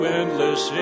endless